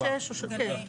3 עד 6. כן.